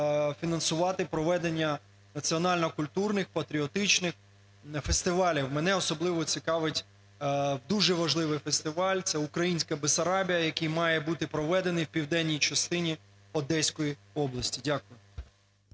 фінансувати проведення національно-культурних, патріотичних фестивалів? Мене особливо цікавить дуже важливий фестиваль – це "Українська Бессарабія", який має бути проведений в південній частині Одеської області. Дякую.